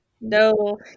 no